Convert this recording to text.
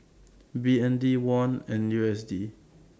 B N D Won and U S D